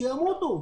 שימותו.